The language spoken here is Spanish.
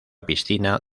piscina